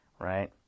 Right